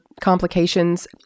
complications